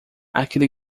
aquele